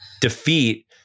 defeat